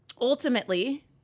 ultimately